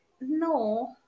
no